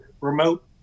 remote